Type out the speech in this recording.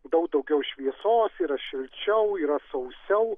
daug daugiau šviesos yra šilčiau yra sausiau